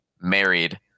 married